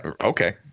Okay